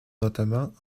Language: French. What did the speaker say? notamment